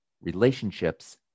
relationships